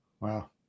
Wow